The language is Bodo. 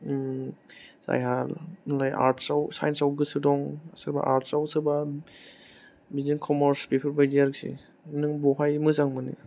जायहा मोनलाय आर्टसआव साइन्सआव गोसो दं सोरबा आर्टसआव सोरबा बिदिनो कमार्स बेफोरबादि आरखि नों बहाय मोजां मोनो